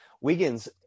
Wiggins